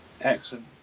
Excellent